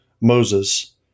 Moses